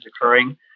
occurring